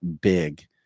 big